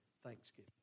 Thanksgiving